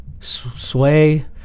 Sway